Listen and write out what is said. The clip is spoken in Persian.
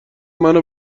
منو